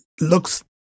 looks